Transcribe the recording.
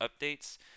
updates